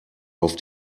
auf